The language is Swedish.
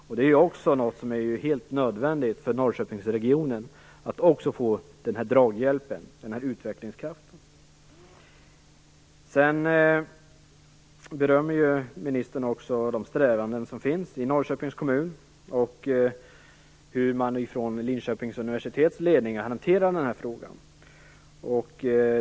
Att få den draghjälpen och utvecklingskraften är något som är helt nödvändigt för Norrköpingsregionen. Ministern berömmer också de strävanden som finns i Norrköpings kommun och hur man från Linköpings universitets sida hanterar den här frågan.